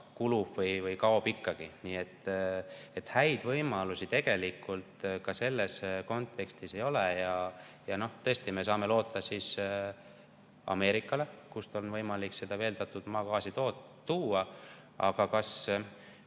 kulub või kaob ikkagi. Nii et häid võimalusi tegelikult ka selles kontekstis ei ole. Tõesti, me saame loota Ameerikale, kust on võimalik veeldatud maagaasi tuua. Aga kas